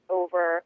over